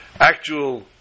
actual